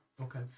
Okay